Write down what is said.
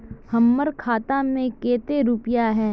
हमर खाता में केते रुपया है?